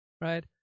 right